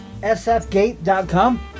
sfgate.com